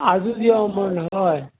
आजूच यो म्हूण हय